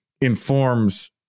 informs